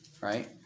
right